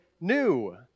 new